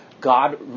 God